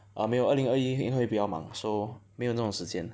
orh 没有因为二零二一会比较忙 so 没有那种时间 ah